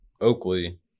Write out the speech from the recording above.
Oakley